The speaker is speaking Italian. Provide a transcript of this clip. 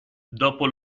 dopo